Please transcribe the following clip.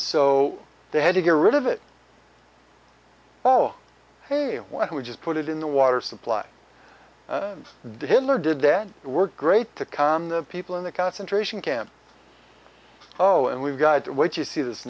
so they had to get rid of it oh hey why don't we just put it in the water supply the hitler did that work great to calm the people in the concentration camp oh and we've got to wait you see this